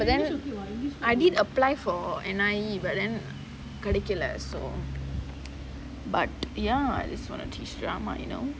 but I did apply for N_I_E but then கிடைக்கல:kidaikala so but ya this just want to teach drama you know